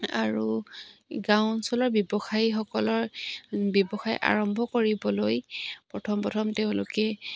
আৰু গাঁও অঞ্চলৰ ব্যৱসায়ীসকলৰ ব্যৱসায় আৰম্ভ কৰিবলৈ প্ৰথম প্ৰথম তেওঁলোকে